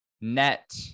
Net